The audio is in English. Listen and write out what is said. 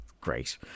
Great